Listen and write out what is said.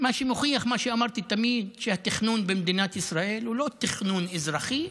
מה שמוכיח מה שאמרתי תמיד: התכנון במדינת ישראל הוא לא תכנון אזרחי,